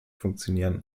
funktionieren